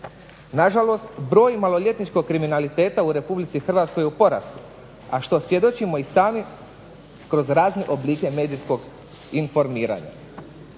Na žalost broj maloljetničkog kriminaliteta u Hrvatskoj je u porastu, a što svjedočimo i sami kroz razne oblike medijskog informiranja.